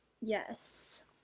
Yes